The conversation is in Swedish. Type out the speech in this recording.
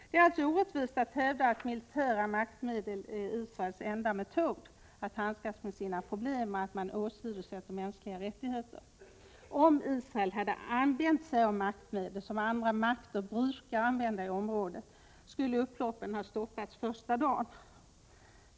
Det är alltså orättvist att hävda att militära maktmedel är Israels enda metod att handskas med sina problem; och att man åsidosätter mänskliga rättigheter. Om Israel hade använt de maktmedel som andra makter brukar använda i området, skulle upploppen ha stoppats första dagen.